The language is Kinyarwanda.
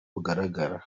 bugaragara